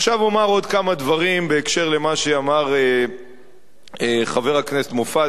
עכשיו אומר עוד כמה דברים בהקשר של מה שאמר חבר הכנסת מופז,